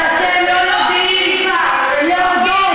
שאתם לא יודעים להודות,